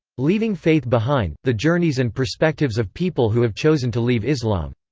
leaving faith behind the journeys and perspectives of people who have chosen to leave islam.